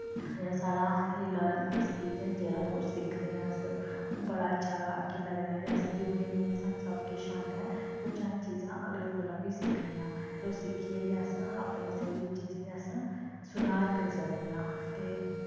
जेह्ड़ा साढ़ा एह् लर्न एक्सीपरियंस जेह्ड़ा होंदा कुछ सिक्खने आं अस ओह् बड़ा अच्छा कि लगदा ऐ कि अस जरूरी निं ऐ कि सब किश औंदा ऐ कुछ अस चीजां अगले कोला बी सिक्खने आं ते ओह् सिक्खियै गै अस अपनी थोह्ड़ी चीजें गी अस सुधार करी सकने आं ते